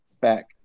back